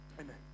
Amen